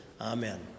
Amen